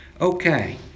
okay